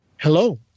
Hello